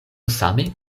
same